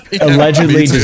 allegedly